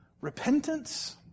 repentance